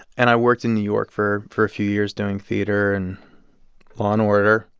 and i worked in new york for for a few years doing theater and law and order.